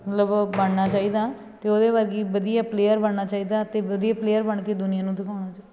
ਮਤਲਬ ਬਣਨਾ ਚਾਹੀਦਾ ਅਤੇ ਉਹਦੇ ਵਰਗੀ ਵਧੀਆ ਪਲੇਅਰ ਬਣਨਾ ਚਾਹੀਦਾ ਅਤੇ ਵਧੀਆ ਪਲੇਅਰ ਬਣ ਕੇ ਦੁਨੀਆਂ ਨੂੰ ਦਿਖਾਉਣਾ